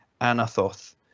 Anathoth